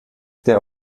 der